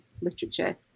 literature